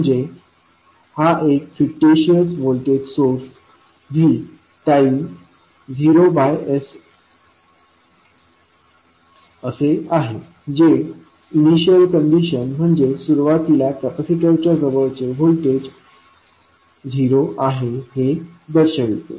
म्हणजे हा एक fictitious voltage source v time 0 by s असे आहे जे इनिशियल कंडिशन म्हणजे सुरुवातीला कॅपॅसिटरच्या जवळचे होल्टेज 0 आहे हे दर्शवेल